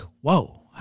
Whoa